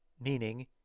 meaning